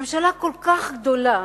ממשלה כל כך גדולה.